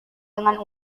dengan